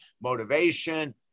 motivation